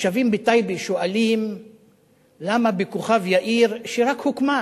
התושבים בטייבה שואלים למה בכוכב-יאיר, שרק הוקמה